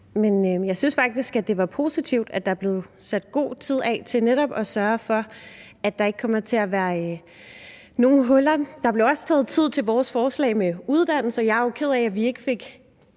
men jeg synes faktisk, det var positivt, at der blev sat god tid af til netop at sørge for, at der ikke kommer til at være nogen huller. Der blev også afsat tid til vores forslag om uddannelse. Jeg er jo ked af, at vi ikke fik